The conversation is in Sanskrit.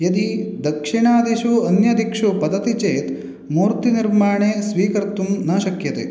यदि दक्षिणादिशु अन्य दिक्षु पतति चेत् मूर्ति निर्माणे स्वीकर्तुं न शक्यते